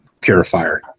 purifier